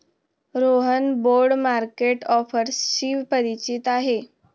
Rohan bond market ऑफर्सशी परिचित आहे